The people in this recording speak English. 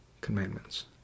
commandments